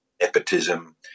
nepotism